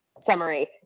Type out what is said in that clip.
summary